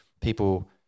people